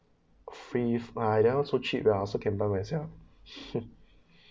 free f~ uh that one so cheap uh I also can buy myself